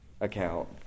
account